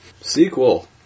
Sequel